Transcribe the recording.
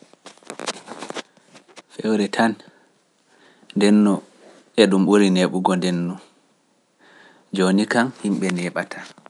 Yimɓe jooni e ɓuri jahaale to ɗum raari naane ko saali, haa anda kam yimɓe ngaɗa ka jahaleeji ni, gañ yaadu no sanndu, kadi itto ummoto ɗaa njaha, a annda iri ɓe yimɓe tawoyta, yooɗi dañjas ɗuuɗ ɗum.